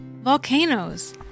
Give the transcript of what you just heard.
volcanoes